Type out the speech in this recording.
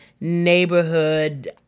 neighborhood